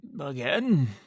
Again